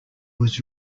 was